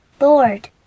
Lord